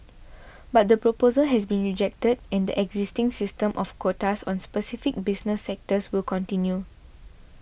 but the proposal has been rejected and existing system of quotas on specific business sectors will continue